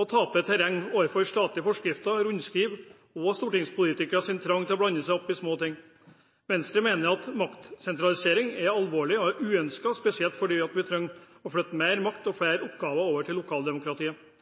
og taper terreng overfor statlige forskrifter, rundskriv og stortingspolitikeres trang til å blande seg opp i små ting. Venstre mener at maktsentralisering er alvorlig og uønsket, spesielt fordi vi trenger å flytte mer makt og flere oppgaver over til lokaldemokratiet.